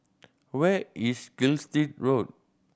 where is Gilstead Road